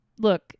Look